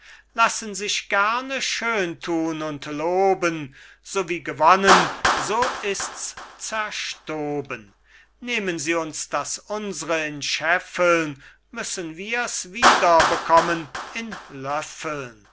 lassen sich gerne schön tun und loben so wie gewonnen so ists zerstoben nehmen sie uns das unsre in scheffeln müssen wirs wieder bekommen in